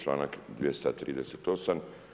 Članak 238.